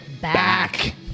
back